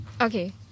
Okay